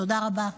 תודה רבה.